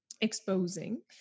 exposing